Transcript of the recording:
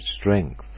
strength